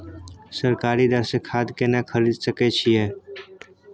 सरकारी दर से खाद केना खरीद सकै छिये?